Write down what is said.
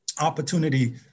opportunity